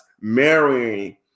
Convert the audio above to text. marrying